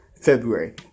February